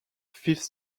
fifth